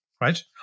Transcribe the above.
right